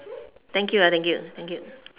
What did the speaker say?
thank you ah thank you thank you